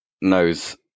knows